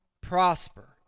prosper